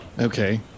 okay